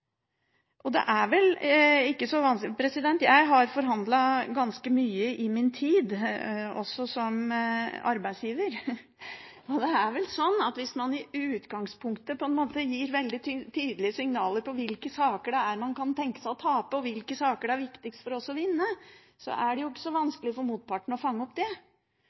Jeg har forhandlet ganske mye i min tid, også som arbeidsgiver, og det er vel sånn at hvis man i utgangspunktet gir veldig tydelige signaler om hvilke saker det er man kan tenke seg å tape, og hvilke saker det er viktigst for en å vinne, er det ikke så vanskelig for motparten å fange opp det.